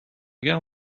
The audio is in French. guerre